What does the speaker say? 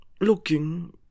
Looking